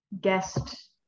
Guest